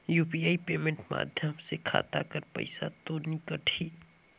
UPI payment माध्यम से खाता कर पइसा तो नी कटही?